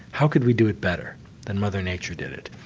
how could we do it better than mother nature did it?